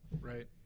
Right